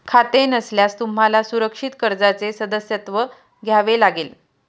खाते नसल्यास तुम्हाला सुरक्षित कर्जाचे सदस्यत्व घ्यावे लागेल